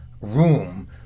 room